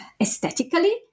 aesthetically